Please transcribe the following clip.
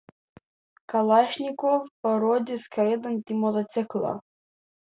kalašnikov parodė skraidantį motociklą